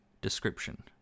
description